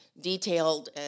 detailed